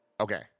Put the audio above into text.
okay